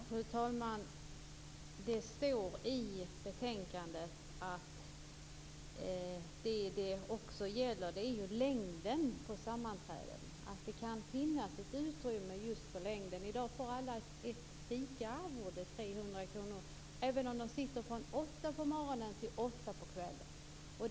Fru talman! Det står i betänkandet att det som det också gäller är längden på sammanträdena och att det kan finnas ett utrymme för en höjning just med hänsyn till längden. I dag får alla samma arvode, 300 kr, även om de sitter från kl. 8 på morgonen till kl. 8 på kvällen.